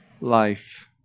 life